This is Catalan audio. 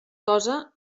cosa